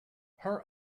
her